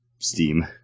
steam